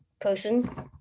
person